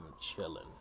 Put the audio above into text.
chilling